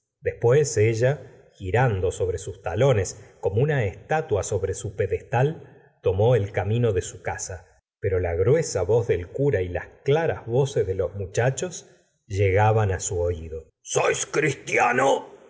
después ella girando sobre sus talones como una estatua sobre su pedestal tomó el camino de su casa pero la gruesa voz del cura y las claras voces de los muchachos llegaban á su oído la